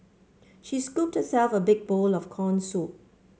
she scooped herself a big bowl of corn soup